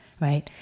right